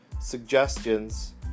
suggestions